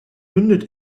mündet